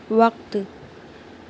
وقت